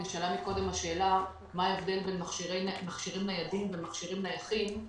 נשאלה קודם השאלה מה ההבדל בין מכשירים ניידים למכשירים נייחים.